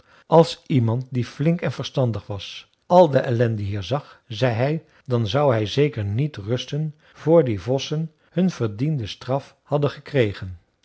als iemand die flink en verstandig was al de ellende hier zag zei hij dan zou hij zeker niet rusten voor die vossen hun verdiende straf hadden gekregen